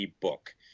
book